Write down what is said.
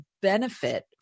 benefit